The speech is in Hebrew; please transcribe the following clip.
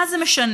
מה זה משנה?